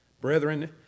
Brethren